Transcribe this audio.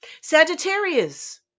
Sagittarius